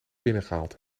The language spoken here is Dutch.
binnengehaald